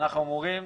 אנחנו אמורים,